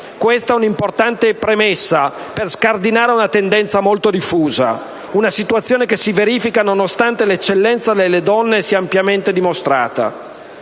tratta di un'importante premessa per scardinare una tendenza molto diffusa, una situazione che si verifica nonostante l'eccellenza nelle donne sia ampiamente dimostrata.